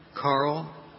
Carl